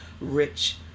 rich